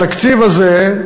התקציב הזה,